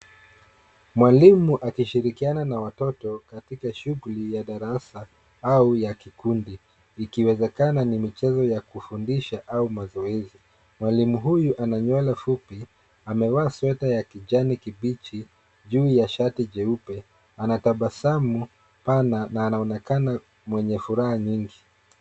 Mwalimu akishirikiana na watoto katika shughuli ya darasa au ya kikundi, ikiwezekana ni michezo ya kufundisha au mazoezi. Mwalimu huyu ana nywele fupi, amevaa sweta ya kijani kibichi juu ya shati jeupe. Ana tabasamu pana na anaonekana mwenye furaha nyingi.